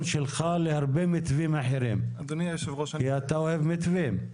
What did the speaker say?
שלך בהרבה מתווים אחרים כי אתה אוהב מתווים.